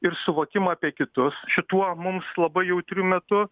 ir suvokimą apie kitus šituo mums labai jautriu metu